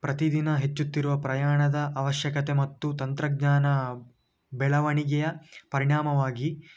ಪ್ರತಿದಿನ ಹೆಚ್ಚುತ್ತಿರುವ ಪ್ರಯಾಣದ ಅವಶ್ಯಕತೆ ಮತ್ತು ತಂತ್ರಜ್ಞಾನ ಬೆಳವಣಿಗೆಯ ಪರಿಣಾಮವಾಗಿ